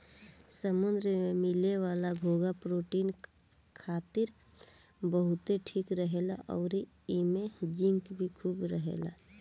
समुंद्र में मिले वाला घोंघा प्रोटीन खातिर बहुते ठीक रहेला अउरी एइमे जिंक भी खूब रहेला